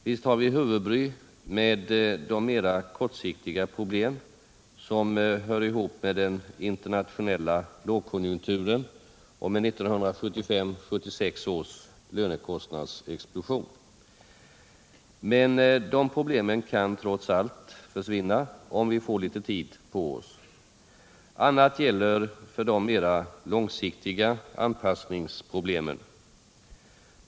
Visst har vi huvudbry med de mera kortsiktiga problem som hör ihop med den internationella lågkonjunkturen och med 1975-1976 års lönekostnadsexplosion. Men de problemen kan trots allt försvinna, om vi får litet tid på oss. Annat gäller för de mera långsiktiga anpassningsproblemen.